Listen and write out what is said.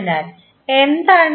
അതിനാൽ എന്താണ്